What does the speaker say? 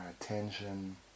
attention